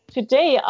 Today